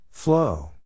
Flow